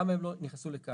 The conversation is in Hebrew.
למה הם לא נכנסו לכאן?